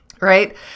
right